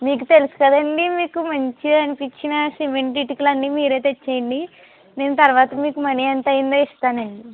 మీకు తెలుసు కదా అండి మీకు మంచిగా అనిపించిన సిమెంటు ఇటుకలన్నీ మీరే తెచ్చేయండి నేను తర్వాత మీకు మనీ ఎంత అయిందో ఇస్తానండి